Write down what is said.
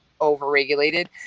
over-regulated